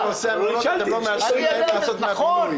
-- למה בנושא המעונות אתם לא מאשרים להם לעשות מהבינוי?